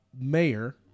mayor